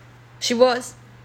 she was